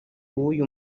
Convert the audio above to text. w’uyu